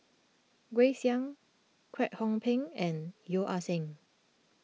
Grace Young Kwek Hong Png and Yeo Ah Seng